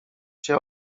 cię